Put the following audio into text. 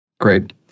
Great